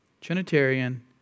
Trinitarian